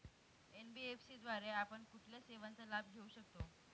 NBFC द्वारे आपण कुठल्या सेवांचा लाभ घेऊ शकतो?